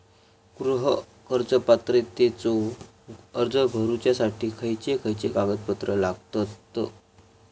गृह कर्ज पात्रतेचो अर्ज भरुच्यासाठी खयचे खयचे कागदपत्र लागतत?